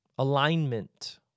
Alignment